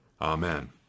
Amen